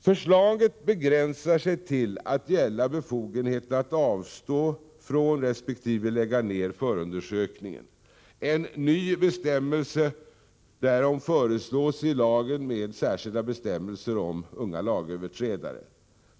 Förslaget begränsar sig till att gälla befogenhet att avstå från resp. lägga ned förundersökningen. En ny bestämmelse därom föreslås i lagen med särskilda bestämmelser om unga lagöverträdare.